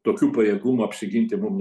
tokių pajėgumų apsiginti mum